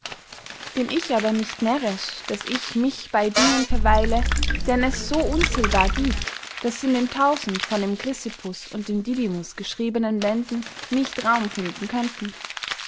bin ich aber nicht närrisch daß ich mich bey dingen verweile deren es so unzählbar giebt daß sie in den tausend von dem chrysippus und dem didymus geschriebenen bänden nicht raum finden könnten